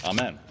Amen